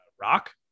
rock